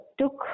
took